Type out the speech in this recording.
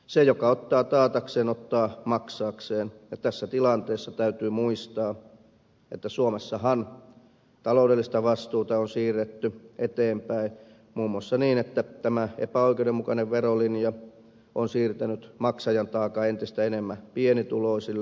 se joka ottaa taatakseen ottaa maksaakseen ja tässä tilanteessa täytyy muistaa että suomessahan taloudellista vastuuta on siirretty eteenpäin muun muassa niin että tämä epäoikeudenmukainen verolinja on siirtänyt maksajan taakan entistä enem män pienituloisille